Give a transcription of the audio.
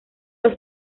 los